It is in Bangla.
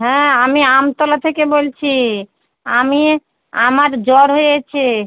হ্যাঁ আমি আমতলা থেকে বলছি আমি আমার জ্বর হয়েছে